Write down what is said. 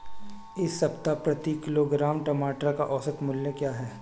इस सप्ताह प्रति किलोग्राम टमाटर का औसत मूल्य क्या है?